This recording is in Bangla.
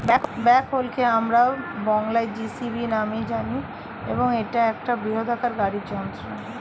ব্যাকহোকে আমরা বংলায় জে.সি.বি নামেই জানি এবং এটা একটা বৃহদাকার গাড়ি যন্ত্র